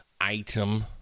item